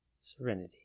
serenity